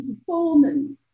performance